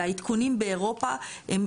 והעדכונים באירופה הם,